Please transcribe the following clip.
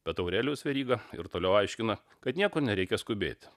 bet aurelijus veryga ir toliau aiškina kad niekur nereikia skubėti